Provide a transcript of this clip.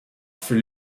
fut